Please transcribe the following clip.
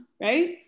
Right